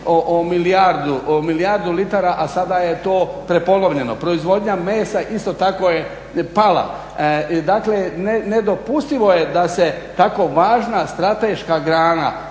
o milijardu litara, a sada je to prepolovljeno. Proizvodnja mesa isto tako je pala. Dakle nedopustivo je da se tako važna strateška grana